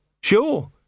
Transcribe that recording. Sure